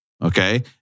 Okay